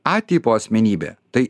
a tipo asmenybė tai